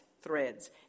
threads